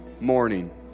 morning